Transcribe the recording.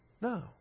No